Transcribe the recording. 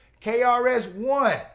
KRS-One